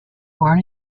born